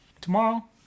tomorrow